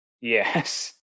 Yes